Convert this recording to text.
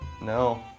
No